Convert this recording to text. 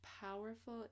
powerful